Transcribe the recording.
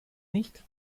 nicht